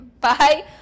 bye